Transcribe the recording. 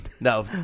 No